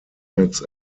mats